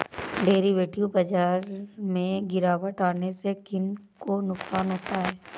Derivative बाजार में गिरावट आने से किन को नुकसान होता है?